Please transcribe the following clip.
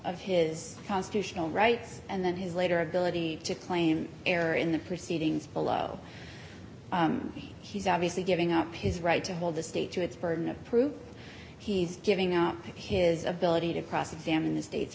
of his constitutional rights and then his later ability to claim error in the proceedings below he's obviously giving up his right to hold the state to its burden of proof he's giving up his ability to cross examine the state